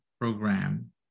program